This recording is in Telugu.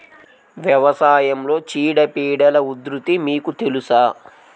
వ్యవసాయంలో చీడపీడల ఉధృతి మీకు తెలుసా?